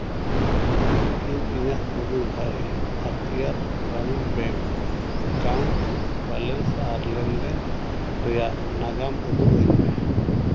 ᱤᱧ ᱤᱧᱟᱹᱜ ᱯᱚᱫᱩᱵᱷᱟᱭ ᱵᱷᱟᱨᱛᱤᱭᱟᱨ ᱜᱨᱟᱢᱟ ᱵᱮᱝᱠ ᱮᱠᱟᱣᱩᱱᱴ ᱵᱮᱞᱮᱱᱥ ᱟᱨ ᱞᱮᱱᱫᱮᱱ ᱨᱮᱭᱟᱜ ᱱᱟᱜᱟᱢ ᱩᱫᱩᱜᱼᱟᱹᱧᱢᱮ